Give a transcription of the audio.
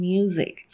Music